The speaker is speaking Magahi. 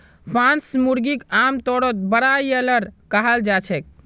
मांस मुर्गीक आमतौरत ब्रॉयलर कहाल जाछेक